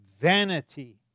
vanity